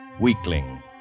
weakling